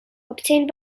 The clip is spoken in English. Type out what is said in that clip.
obtained